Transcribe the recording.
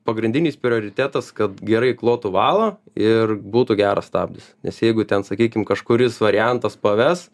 pagrindinis prioritetas kad gerai klotų valą ir būtų geras stabdis nes jeigu ten sakykim kažkuris variantas paves